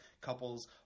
couples